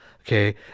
Okay